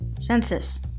census